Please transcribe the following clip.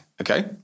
Okay